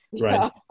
Right